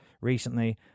recently